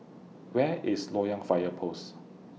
Where IS Loyang Fire Post